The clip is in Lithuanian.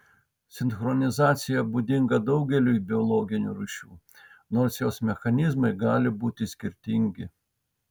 sinchronizacija būdinga daugeliui biologinių rūšių nors jos mechanizmai gali būti skirtingi